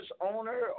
owner